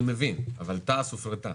אני מבין, אבל תע"ש הופרטה.